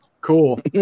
Cool